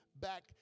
back